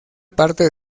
parte